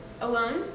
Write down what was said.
Alone